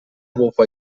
bufa